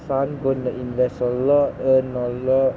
sun going to invest a lot earn a lot